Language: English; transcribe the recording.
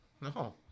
No